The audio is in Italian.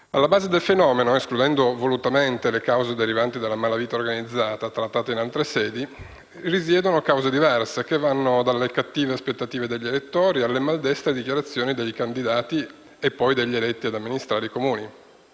Alla base del fenomeno (escludendo volutamente le cause derivanti dalla malavita organizzata, trattate in altre sedi) vi sono cause diverse, che vanno dalle cattive aspettative degli elettori alle maldestre dichiarazioni dei candidati e poi degli eletti ad amministrare i Comuni,